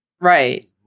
Right